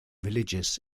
religious